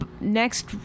Next